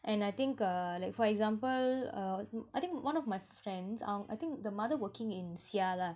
and I think uh like for example uh wh~ I think one of my friends um I think the mother working in S_I_A lah